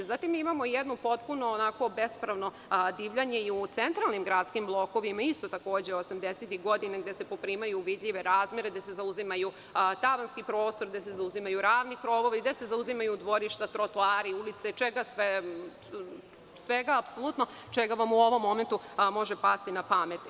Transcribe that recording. Zatim, imamo jedno onako potpuno bespravno divljanje i u centralnim gradskim blokovima, takođe osamdesetih godina, gde se poprimaju vidljive razmere, gde se zauzimaju tavanski prostori, gde se zauzimaju ravni krovovi, gde se zauzimaju dvorišta, trotoari, ulice, svega apsolutno čega vam u ovom momentu može pasti na pamet.